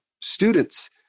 students